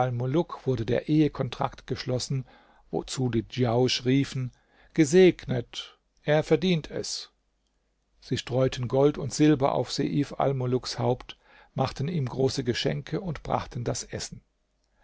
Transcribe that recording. wurde der ehekontrakt geschlossen wozu die djausch riefen gesegnet er verdient es sie streuten gold und silber auf seif almuluks haupt machten ihm große geschenke und brachten das essen